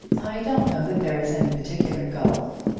i don't know that there is any particular gulf,